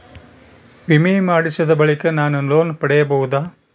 ವಿಮೆ ಮಾಡಿಸಿದ ಬಳಿಕ ನಾನು ಲೋನ್ ಪಡೆಯಬಹುದಾ?